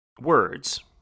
words